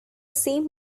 same